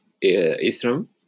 Islam